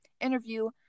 interview